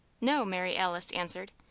no, mary alice answered,